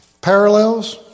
parallels